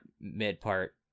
mid-part